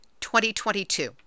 2022